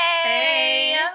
Hey